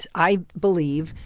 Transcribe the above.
i believe,